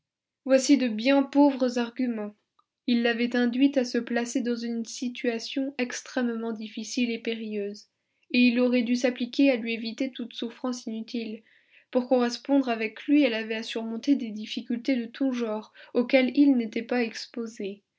voici de bien pauvres arguments il l'avait induite à se placer dans une situation extrêmement difficile et périlleuse et il aurait dû s'appliquer à lui éviter toute souffrance inutile pour correspondre avec lui elle avait à surmonter des difficultés de tous genres auxquelles il n'était pas exposé